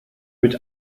mit